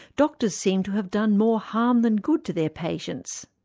doctors seem to have done more harm than good to their patients.